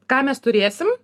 ką mes turėsim